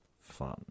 fun